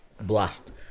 blast